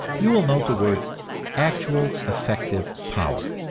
you will note the words actual, effective power.